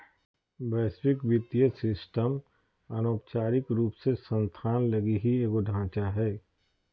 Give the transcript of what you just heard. वैश्विक वित्तीय सिस्टम अनौपचारिक रूप से संस्थान लगी ही एगो ढांचा हय